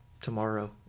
tomorrow